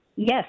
Yes